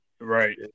Right